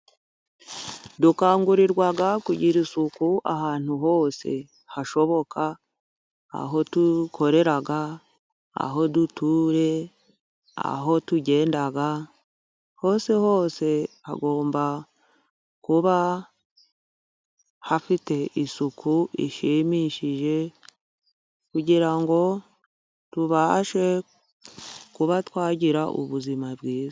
Dukangurirwa kugira isuku ahantu hose hashoboka. Aho dukorera, aho dutuye, aho tugenda. Hose hose hagomba kuba hafite isuku ishimishije, kugira ngo tubashe kuba twagira ubuzima bwiza.